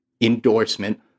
endorsement